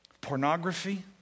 pornography